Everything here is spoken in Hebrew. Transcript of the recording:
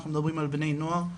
אנחנו מדברים על בני נוער,